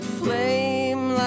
flame